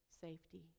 safety